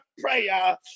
prayer